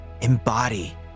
embody